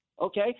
okay